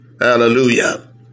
hallelujah